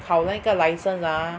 考那个 license ah